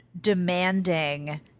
demanding